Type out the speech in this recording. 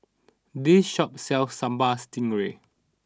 this shop sells Sambal Stingray